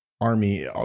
army